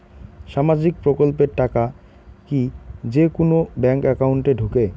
সামাজিক প্রকল্পের টাকা কি যে কুনো ব্যাংক একাউন্টে ঢুকে?